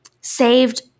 saved